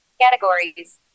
categories